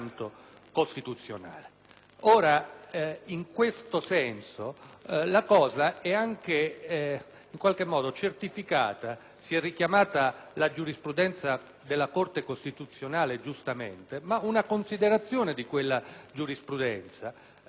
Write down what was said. In questo senso, la cosa è anche certificata. Si è richiamata la giurisprudenza della Corte costituzionale giustamente, ma una considerazione di quella giurisprudenza mette in evidenza